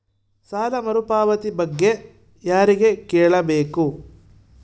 ಸಾಲ ಮರುಪಾವತಿ ಬಗ್ಗೆ ಯಾರಿಗೆ ಕೇಳಬೇಕು?